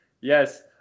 Yes